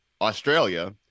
Australia